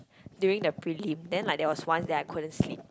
during the prelim then like that was once that I couldn't sleep